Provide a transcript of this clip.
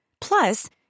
Plus